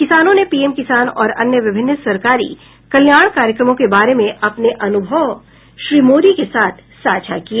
किसानों ने पीएम किसान और अन्य विभिन्न सरकारी कल्याण कार्यक्रमों के बारे में अपने अनुभव श्री मोदी के साथ साझा किए